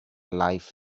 life